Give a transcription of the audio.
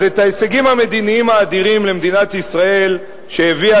אז את ההישגים המדיניים האדירים למדינת ישראל שהביאה